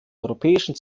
europäischen